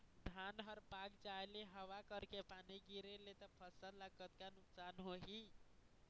धान हर पाक जाय ले हवा करके पानी गिरे ले त फसल ला कतका नुकसान होही?